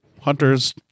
hunters